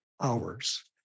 hours